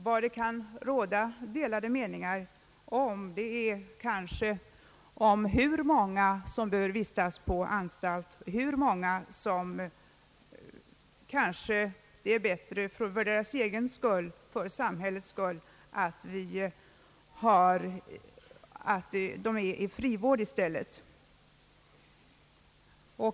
Vad det kan råda delade meningar om är kanske hur många som bör vistas på anstalt och hur många som både för sin egen och för samhällets skull hellre bör placeras i frivård.